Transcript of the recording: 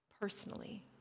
personally